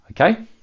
okay